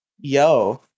Yo